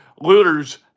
Looters